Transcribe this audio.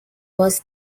was